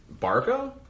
Barco